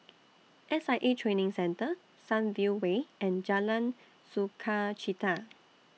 S I A Training Centre Sunview Way and Jalan Sukachita